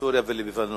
בסוריה ובלבנון,